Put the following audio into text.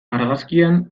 argazkian